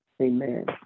amen